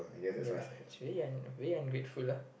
ya it's really really ungrateful ah